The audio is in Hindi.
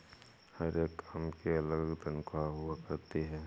हर एक काम की अलग तन्ख्वाह हुआ करती है